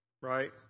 right